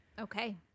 Okay